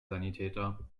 sanitäter